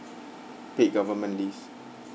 paid government leave